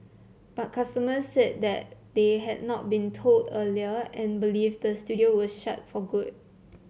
but customers said that they had not been told earlier and believe the studio was shut for good